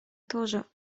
тоже